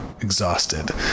exhausted